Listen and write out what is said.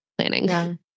planning